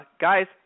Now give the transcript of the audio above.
guys –